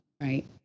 right